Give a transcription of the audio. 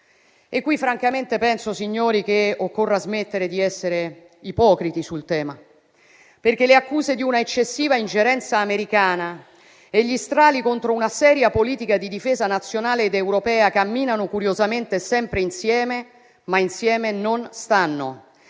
E qui francamente, penso, signori, che occorra smettere di essere ipocriti sul tema, perché le accuse di un'eccessiva ingerenza americana e gli strali contro una seria politica di difesa nazionale ed europea camminano curiosamente sempre insieme, ma insieme non stanno.